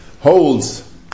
holds